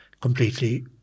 completely